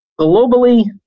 Globally